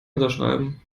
unterschreiben